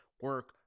Work